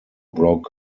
broke